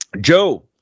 Joe